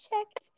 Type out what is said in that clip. checked